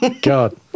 god